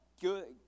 good